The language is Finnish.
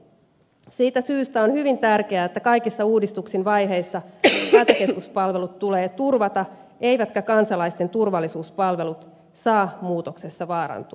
siitä syystä on hyvin tärkeää että kaikissa uudistuksen vaiheissa hätäkeskuspalvelut tulee turvata eivätkä kansalaisten turvallisuuspalvelut saa muutoksessa vaarantua